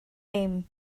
dim